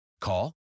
Call